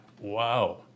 Wow